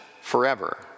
forever